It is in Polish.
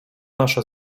nasze